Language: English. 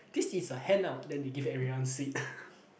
this is a handout then they give everyone sweet